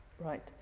Right